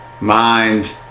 mind